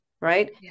right